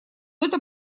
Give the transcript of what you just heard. это